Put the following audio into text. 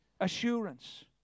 assurance